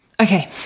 Okay